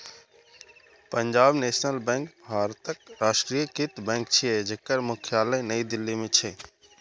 Punjab national bank भारतक राष्ट्रीयकृत bank छियै, जेकर मुख्यालय नई दिल्ली मे छै